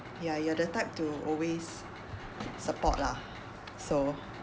ya you are the type to always support lah so